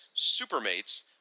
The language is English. Supermates